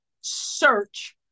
search